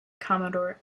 commodore